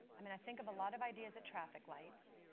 i mean, i think of a lot of ideas at traffic lights.